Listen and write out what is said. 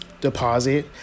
deposit